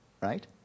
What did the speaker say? right